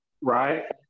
right